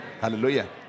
Hallelujah